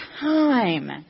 time